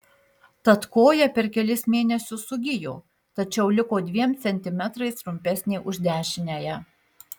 tad koja per kelis mėnesius sugijo tačiau liko dviem centimetrais trumpesnė už dešiniąją